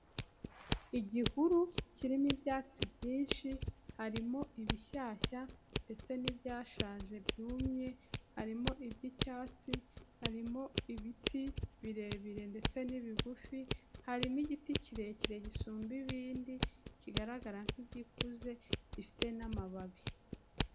Igihuru kirimo ibyatsi byinshi, harimo ibishyashya ndetse n'ibyashaje byumye, harimo iby'icyatsi, harimo ibiti birebire ndetse n'ibigufi, harimo igiti kirekire gisumba ibindi kigaragara nk'igikuze gifite n'amababi.